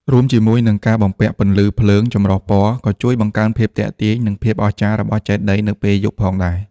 រួមជាមួយនឹង ការបំពាក់ពន្លឺភ្លើងចម្រុះពណ៌ ក៏ជួយបង្កើនភាពទាក់ទាញ និងភាពអស្ចារ្យរបស់ចេតិយនៅពេលយប់ផងដែរ។